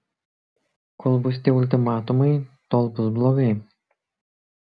kol bus tie ultimatumai tol bus blogai